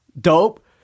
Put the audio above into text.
dope